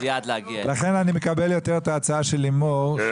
לכן אני מקבל יותר את ההצעה של לימור.